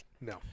No